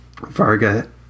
Varga